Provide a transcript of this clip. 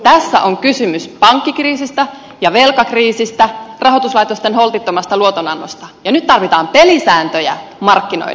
tässä on kysymys pankkikriisistä ja velkakriisistä rahoituslaitosten holtittomasta luotonannosta ja nyt tarvitaan pelisääntöjä markkinoille